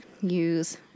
use